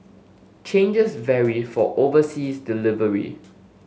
charges vary for overseas delivery